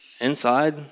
Inside